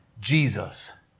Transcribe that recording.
Jesus